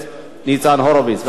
בבקשה, ניצן.